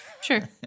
Sure